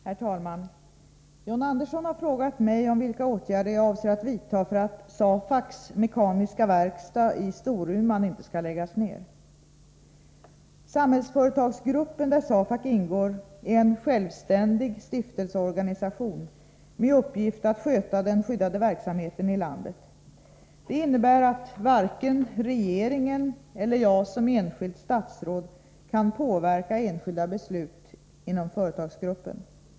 Herr talman! John Andersson har frågat mig om vilka åtgärder jag avser att vidta för att SAFAC:s mekaniska verkstad i Storuman inte skall läggas ned. Samhällsföretagsgruppen, där SAFAC ingår, är en självständig stiftelseorganisation med uppgift att sköta den skyddade verksamheten i landet. Det innebär att varken regeringen eller jag som enskilt statsråd kan påverka enskilda beslut inom företagsgruppen.